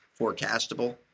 forecastable